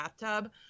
bathtub